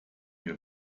wir